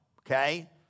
okay